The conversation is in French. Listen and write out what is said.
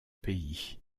pays